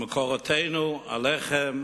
במקורותינו הלחם